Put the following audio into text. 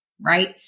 right